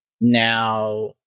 Now